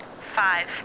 five